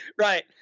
Right